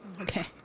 Okay